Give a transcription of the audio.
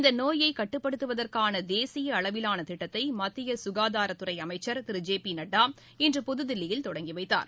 இந்த நோயை கட்டுப்படுத்துவதற்கான தேசிய அளவிலான திட்டத்தை மத்திய சுகாதாரத்துறை அமைச்சர் திரு ஜே பி நட்டா இன்று புதுதில்லியில் தொடங்கி வைத்தார்